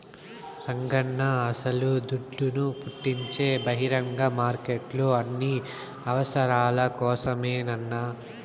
రంగన్నా అస్సల దుడ్డును పుట్టించే బహిరంగ మార్కెట్లు అన్ని అవసరాల కోసరమేనన్నా